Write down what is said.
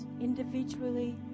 individually